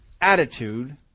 attitude